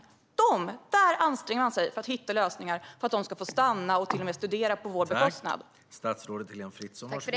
I dessa fall anstränger man sig för att hitta lösningar så att de ska få stanna och till och med studera på vår bekostnad.